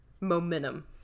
momentum